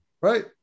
right